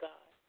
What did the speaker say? God